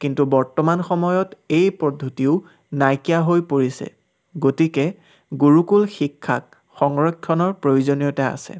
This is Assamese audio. কিন্তু বৰ্তমান সময়ত এই পদ্ধতিও নাইকিয়া হৈ পৰিছে গতিকে গুৰুকুল শিক্ষাক সংৰক্ষণৰ প্ৰয়োজনীয়তা আছে